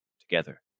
together